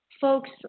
Folks